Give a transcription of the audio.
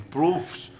proofs